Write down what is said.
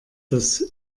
das